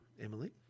Emily